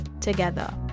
together